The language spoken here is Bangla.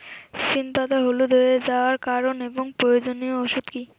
সিম পাতা হলুদ হয়ে যাওয়ার কারণ এবং প্রয়োজনীয় ওষুধ কি?